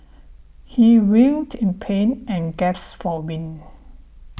he writhed in pain and gasped for win